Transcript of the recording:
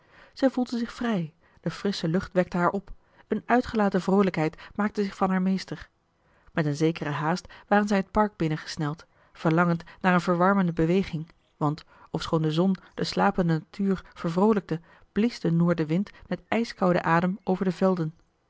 zij voelde zich vrij de frissche lucht wekte haar op een uitgelaten vroolijkheid maakte zich van haar meester met een zekere haast waren zij het park binnen gesneld verlangend naar een verwarmende beweging want ofschoon de zon de slapende natuur vervroolijkte blies de noordenwind met ijskouden adem over de velden